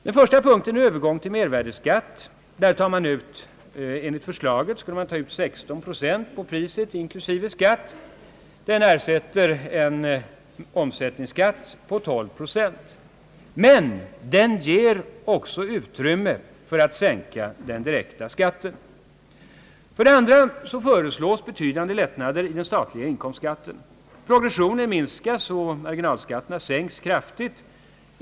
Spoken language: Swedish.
Den första punkten gäller övergång till mervärdeskatt. Enligt förslaget skulle man ta ut 16 procent på priset inklusive skatt. Den ersätter en omsättningsskatt på 12 procent, men den ger också utrymme för att sänka den direkta skatten. För det andra föreslås betydande lättnader i den statliga inkomstskatten. Progressionen minskas och marginalskatterna sänks kraftigt.